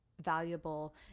valuable